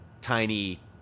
tiny